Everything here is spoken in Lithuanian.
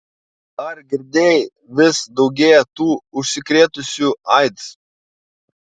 ar girdėjai vis daugėja tų užsikrėtusių aids